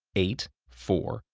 eight, four,